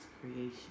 creation